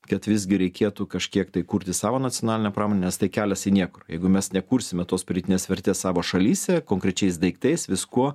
kad visgi reikėtų kažkiek tai kurti savo nacionalinę pramonę nes tai kelias į niekur jeigu mes nekursime tos pridėtinės vertės savo šalyse konkrečiais daiktais viskuo